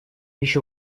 еще